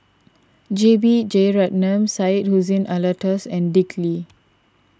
J B Jeyaretnam Syed Hussein Alatas and Dick Lee